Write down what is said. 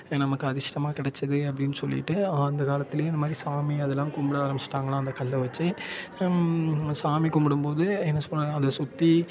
நமக்கு அதிர்ஷ்டமா கெடைச்சுது அப்டின்னு சொல்லிவிட்டு அந்த காலத்துலேயே இந்த மாதிரி சாமி அதெல்லாம் கும்பிட ஆரம்பிச்சுட்டாங்களாம் அந்த கல் வெச்சு சாமி கும்பிடும்போது என்ன சொல்வாங்க அதை சுற்றி